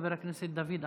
חבר הכנסת דוד אמסלם.